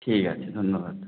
ঠিক আছে ধন্যবাদ